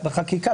בחקיקה.